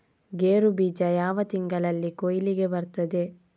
ಗೇರು ಬೀಜ ಯಾವ ತಿಂಗಳಲ್ಲಿ ಕೊಯ್ಲಿಗೆ ಬರ್ತದೆ?